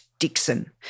Dixon